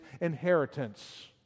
inheritance